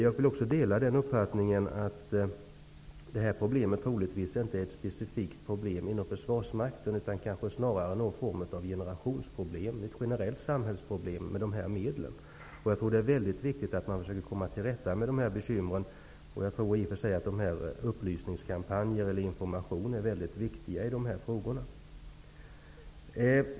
Jag vill också dela uppfattningen att problemet med dessa medel troligtvis inte är specifikt för försvarsmakten utan snarare en form av generationsproblem -- ett generellt samhällsproblem. Det är viktigt att man försöker att komma till rätta med de här bekymren. Jag tror att upplysnings och informationskampanjer om detta är väldigt viktiga.